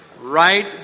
right